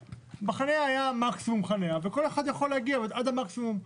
בחניה היה מקסימום תעריף וכל אחת יכולה להגיע עד המקסימום.